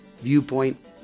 viewpoint